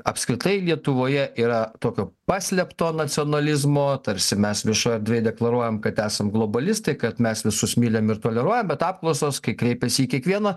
apskritai lietuvoje yra tokio paslėpto nacionalizmo tarsi mes viešoj erdvėj deklaruojam kad esam globalistai kad mes visus mylim ir toleruojam bet apklausos kai kreipiasi į kiekvieną